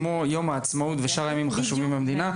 כמו יום העצמאות ושאר הימים החשובים במדינה,